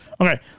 Okay